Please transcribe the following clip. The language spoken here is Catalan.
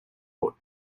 vot